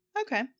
Okay